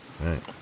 Right